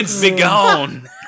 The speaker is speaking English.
begone